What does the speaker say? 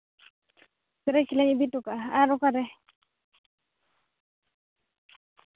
ᱥᱟᱹᱨᱟᱹᱭᱠᱮᱞᱟᱧ ᱤᱫᱤ ᱦᱚᱴᱚ ᱠᱟᱜᱼᱟ ᱟᱨ ᱚᱠᱟ ᱨᱮ